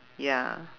ya